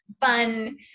fun